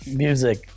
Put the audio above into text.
music